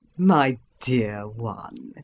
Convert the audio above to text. my dear one!